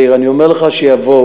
מאיר, אני אומר לך, שיבואו.